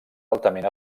altament